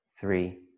three